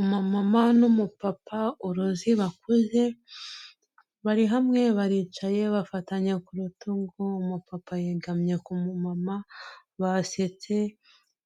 Umumama n'umupapa uruzi bakuze, bari hamwe baricaye bafatanya ku rutugu, umupapa yegamye ku mumama basetse,